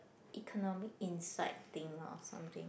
economic insight thing or something